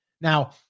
Now